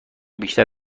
بیشتر